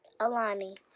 Alani